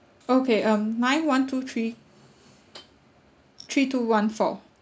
okay um nine one two three three two one four